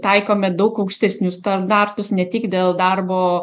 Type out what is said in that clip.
taikome daug aukštesnius standartus ne tik dėl darbo